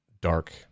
dark